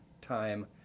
time